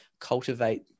cultivate